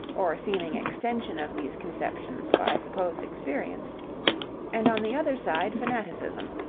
or seeming extension of these conceptions by supposed experience and on the other side fanaticism,